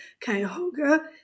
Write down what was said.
Cuyahoga